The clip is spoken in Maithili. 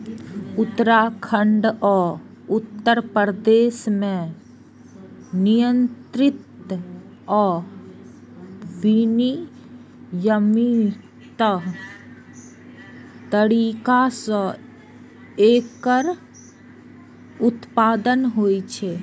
उत्तराखंड आ उत्तर प्रदेश मे नियंत्रित आ विनियमित तरीका सं एकर उत्पादन होइ छै